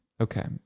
Okay